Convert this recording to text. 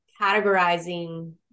categorizing